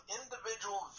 individual